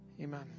amen